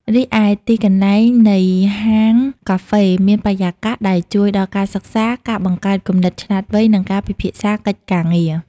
រីឯទីកន្លែងនៃហាងការហ្វេមានបរិយាកាសដែលជួយដល់ការសិក្សា ការបង្កើតគំនិតឆ្លាតវៃ និងការពិភាក្សាកិច្ចការងារ។